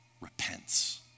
repents